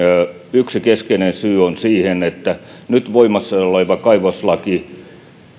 yksi keskeinen syy siihen on että nyt voimassa oleva kaivoslaki